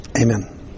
Amen